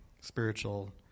spiritual